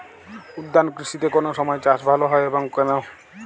উদ্যান কৃষিতে কোন সময় চাষ ভালো হয় এবং কেনো?